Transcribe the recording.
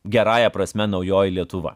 gerąja prasme naujoji lietuva